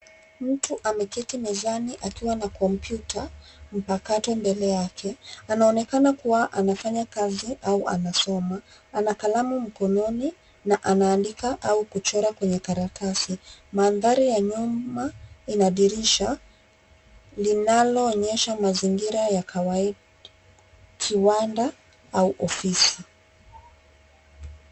Mtu ameketi mezani akiwa na kompyuta mpakato mbele yake, anaonekana kuwa anafanya kazi au anasoma. Ana kalamu mkononi na anaandika au kuchora kwenye karatasi. Mandhari ya nyuma, ina dirisha linaloonyesha mazingira ya kawaida, kiwanda au ofisi.